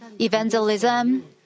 evangelism